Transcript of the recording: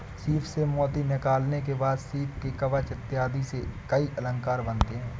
सीप से मोती निकालने के बाद सीप के कवच इत्यादि से कई अलंकार बनते हैं